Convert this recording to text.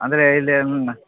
ಅಂದರೆ ಇಲ್ಲಿ ನ್